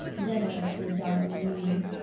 then answer dying me.